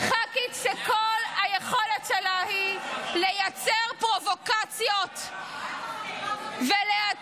ח"כית שכל היכולת שלה היא לייצר פרובוקציות ולהטיף.